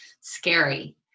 scary